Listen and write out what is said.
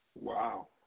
Wow